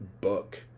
book